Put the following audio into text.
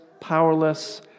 powerless